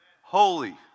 Holy